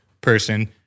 person